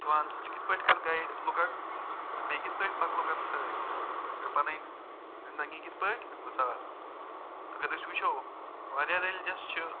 دِوان زٕ ژٕ کِتھ پٲٹھۍ کر گایڈ لُکن تہٕ بیٚیہِ کِتھ پٲٹھۍ پک لُکن سۭتۍ تہٕ پنٕںۍ زندگی کَِتھ پٲٹھۍ گُزار اگر أسۍ وٕچھو وارِیاہ ریٚلِجس چھِ